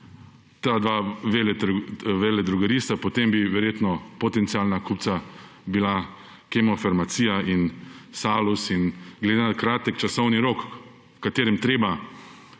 ta dva veledrogerista, potem bi verjetno potencialna kupca bila Kemofarmacija in Salus. Glede na kratek časovni rok, v katerem je treba